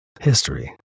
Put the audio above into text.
History